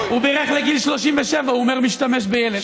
הוא בירך לגיל 37, הוא אומר: משתמש בילד.